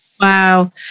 Wow